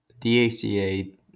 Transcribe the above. DACA